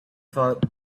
thought